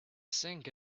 sink